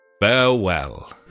Farewell